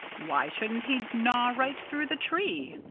why shouldn't he gnaw right through the tree?